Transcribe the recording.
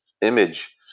image